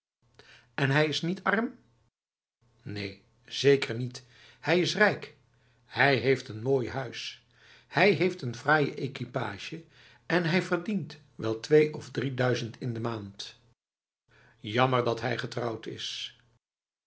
en hij is niet arm neen zeker niet hij is rijk hij heeft een mooi huis hij heeft n fraaie equipage en hij verdient wel twee of drieduizend in de maand jammer dat hij getrouwd is